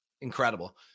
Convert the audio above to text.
Incredible